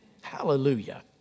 Hallelujah